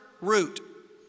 route